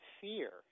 fear